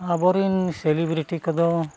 ᱟᱵᱚᱨᱤᱱ ᱥᱮᱞᱤᱵᱨᱤᱴᱤ ᱠᱚᱫᱚ